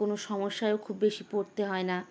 কোনো সমস্যায়ও খুব বেশি পড়তে হয় না